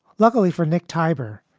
luckily for nick tyber,